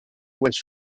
was